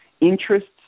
interests